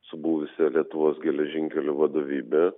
su buvusia lietuvos geležinkelių vadovybe